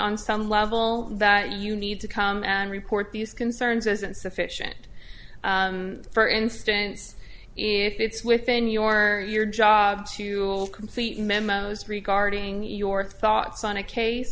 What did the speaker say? on some level that you need to come and report these concerns as insufficient for instance if it's within your your job to complete memos regarding your thoughts on a case